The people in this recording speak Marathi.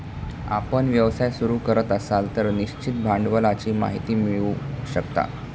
आपण व्यवसाय सुरू करत असाल तर निश्चित भांडवलाची माहिती मिळवू शकता